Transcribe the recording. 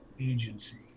agency